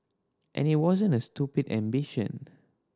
and it wasn't a stupid ambition